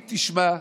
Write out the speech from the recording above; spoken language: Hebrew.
אם תשמע,